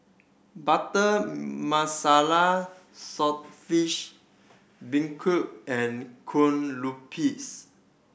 Butter Masala beancurd and kue lupis